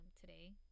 today